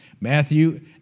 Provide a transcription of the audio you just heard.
Matthew